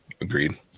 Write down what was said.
agreed